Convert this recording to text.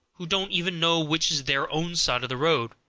who don't even know which is their own side of the road,